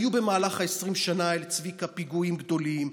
היו במהלך 20 שנה האלה, צביקה, פיגועים גדולים.